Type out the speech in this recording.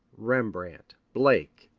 rembrandt, blake,